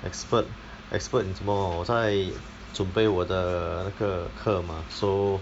expert expert in 什么我在准备我的那个课 mah so